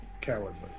cowardly